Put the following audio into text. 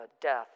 death